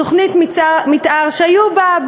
תוכנית מתאר שהיו בה,